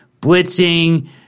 blitzing